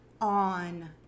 on